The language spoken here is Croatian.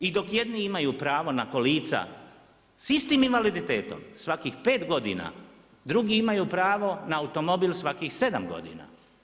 I dok jedni imaju pravo na kolica sa istim invaliditetom, svakih pet godina, drugi imaju pravo na automobil svakih sedam godina.